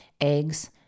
eggs